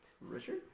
Richard